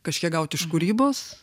kažkiek gaut iš kūrybos